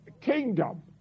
kingdom